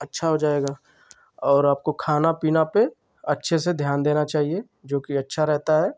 अच्छा हो जाएगा और आपको खाना पीना पर अच्छे से ध्यान देना चाहिए जो कि अच्छा रहता है